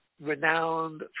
renowned